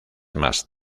más